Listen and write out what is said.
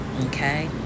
okay